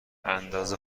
اندازه